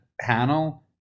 panel